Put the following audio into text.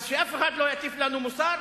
אז שאף אחד לא יטיף לנו מוסר,